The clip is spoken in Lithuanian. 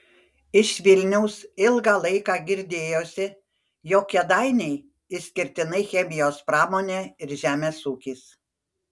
iš vilniaus ilgą laiką girdėjosi jog kėdainiai išskirtinai chemijos pramonė ir žemės ūkis